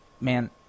man